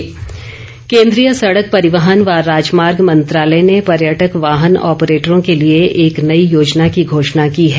योजना केन्द्रीय सड़क परिवहन व राजमार्ग मंत्रालय ने पर्यटक वाहन ऑपरेटरों के लिए एक नई योजना की घोषणा की है